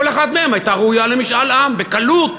כל אחת מהן הייתה ראויה למשאל עם בקלות,